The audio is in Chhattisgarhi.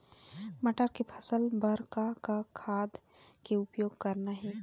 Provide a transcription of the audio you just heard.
मटर के फसल बर का का खाद के उपयोग करना ये?